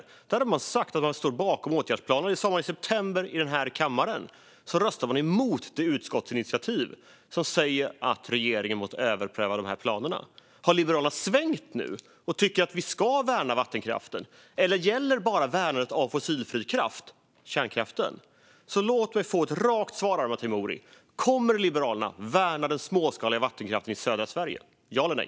Han sa i september i den här kammaren att han står bakom åtgärdsplanerna, och sedan röstade han emot det utskottsinitiativ som säger att regeringen måste överpröva de här planerna. Har Liberalerna svängt nu och tycker att vi ska värna vattenkraften, eller gäller bara värnandet av fossilfri kraft, kärnkraften? Låt mig få ett rakt svar, Arman Teimouri! Kommer Liberalerna att värna den småskaliga vattenkraften i södra Sverige - ja eller nej?